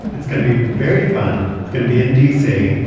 it's gonna be very fun. it's gonna be in d c.